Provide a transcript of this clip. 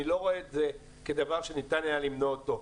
לא רואה את זה כדבר שהיה למנוע אותו.